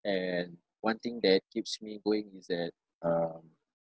and one thing that keeps me going is that um